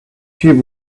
tube